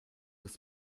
des